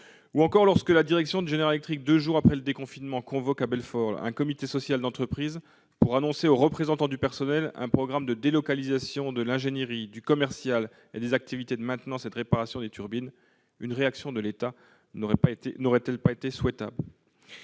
salutaire. Lorsque la direction de General Electric, deux jours après le déconfinement, a convoqué à Belfort un comité social et économique pour annoncer aux représentants du personnel un programme de délocalisation de l'ingénierie, des activités commerciales, de maintenance et de réparation des turbines, une réaction de l'État n'aurait-elle pas été souhaitable ?